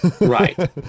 right